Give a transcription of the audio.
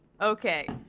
okay